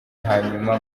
hanyuma